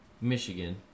Michigan